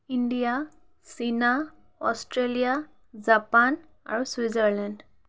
India চীনা Australia Japan আৰু Switzerland